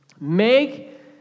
Make